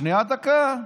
דרך אגב,